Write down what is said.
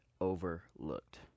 overlooked